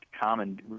common